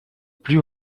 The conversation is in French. plus